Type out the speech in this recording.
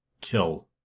kill